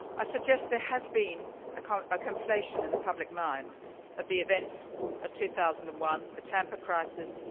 i suggest there has been a kind of ah conflation in the public mind of the events of two thousand and one, the tampa crisis,